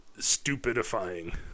stupidifying